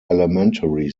elementary